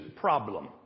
problem